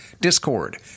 Discord